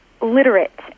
literate